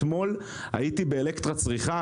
אתמול הייתי באלקטרה צריכה,